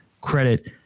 credit